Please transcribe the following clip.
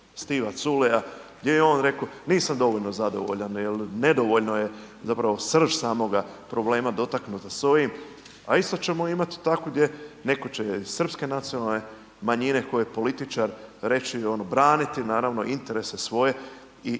Stiva Culeja gdje je on rekao nisam dovoljno zadovoljan, jer nedovoljno je zapravo srž samoga problema dotaknuta s ovim, a isto ćemo imati tako gdje netko će iz srpske nacionalne manjine tko je političar reći ono braniti naravno interese svoje i